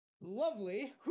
lovely